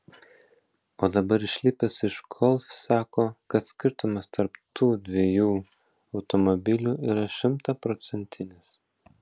o dabar išlipęs iš golf sako kad skirtumas tarp tų dviejų automobilių yra šimtaprocentinis